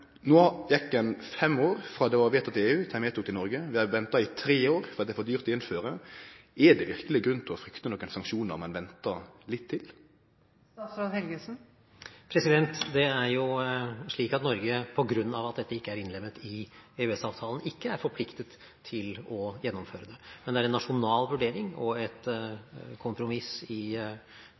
var vedtatt i EU, til ein vedtok det i Noreg. Vi har venta i tre år fordi det er for dyrt å innføre. Er det verkeleg grunn til å frykte sanksjonar om ein ventar litt til? Det er jo slik at Norge på grunn av at dette ikke er innlemmet i EØS-avtalen, ikke er forpliktet til å gjennomføre det, men det er en nasjonal vurdering og et kompromiss mellom et flertall i